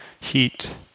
heat